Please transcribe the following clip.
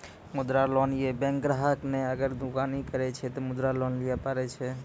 मुद्रा लोन ये बैंक ग्राहक ने अगर दुकानी करे छै ते मुद्रा लोन लिए पारे छेयै?